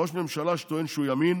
ראש ממשלה שטוען שהוא ימין